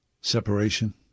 separation